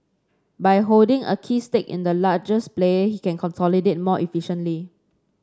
by holding a key stake in the largest player he can consolidate more efficiently